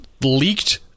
leaked